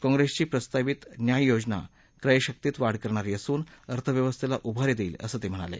काँप्रेसची प्रस्तावित न्याय योजना क्रय शक्तीत वाढ करणारी असून अर्थव्यवस्थेला उभारी देईल असं ते म्हणाले